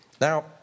Now